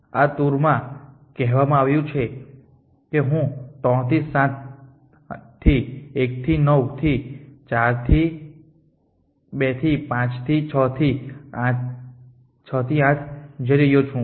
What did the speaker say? આ ટૂર માં કહેવામાં આવ્યું છે કે હું 3 થી 7 થી 1 થી 9 થી 4 થી 2 થી 5 થી 6 થી 8 જઈ રહ્યો છું